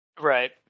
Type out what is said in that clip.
Right